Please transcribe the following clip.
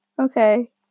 Okay